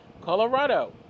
Colorado